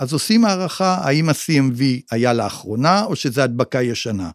‫אז עושים הערכה האם ה-CMV היה לאחרונה ‫או שזה הדבקה ישנה.